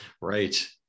Right